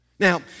Now